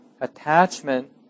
attachment